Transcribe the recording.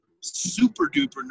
super-duper